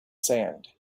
sand